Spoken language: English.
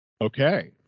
okay